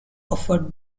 offered